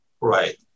Right